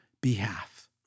behalf